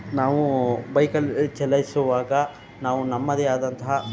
ನಾವು ಬೈಕಲ್ಲಿ ಚಲಾಯಿಸುವಾಗ ನಾವು ನಮ್ಮದೇ ಆದಂತಹ